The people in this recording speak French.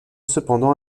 cependant